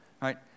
right